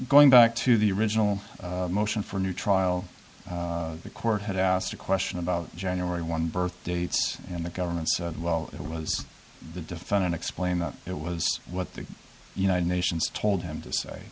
going back to the original motion for new trial the court had asked a question about january one birth dates and the government well it was the defendant explained that it was what the united nations told him to say